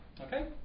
okay